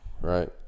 right